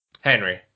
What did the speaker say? Henry